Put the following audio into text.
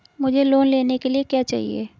मुझे लोन लेने के लिए क्या चाहिए?